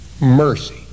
mercy